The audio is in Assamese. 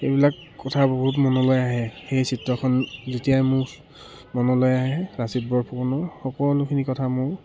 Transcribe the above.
এইবিলাক কথা বহুত মনলৈ আহে সেই চিত্ৰখন যেতিয়াই মোৰ মনলৈ আহে লাচিত বৰফুকনৰ সকলোখিনি কথা মোৰ